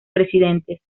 presidentes